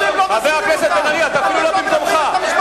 אתם אפילו לא מזכירים אותם.